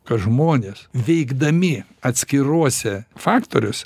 kad žmonės veikdami atskiruose faktoriuos